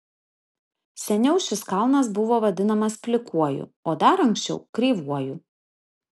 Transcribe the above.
seniau šis kalnas buvo vadinamas plikuoju o dar anksčiau kreivuoju